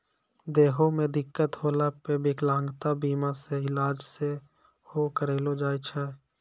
देहो मे दिक्कत होला पे विकलांगता बीमा से इलाज सेहो करैलो जाय छै